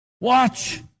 watch